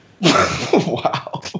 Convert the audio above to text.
Wow